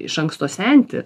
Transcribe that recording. iš anksto senti